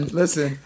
listen